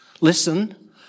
Listen